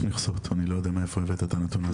יש מכסות אני לא יודע מאיפה הבאת את הנתון הזה.